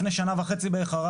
לפני שנה וחצי בערך,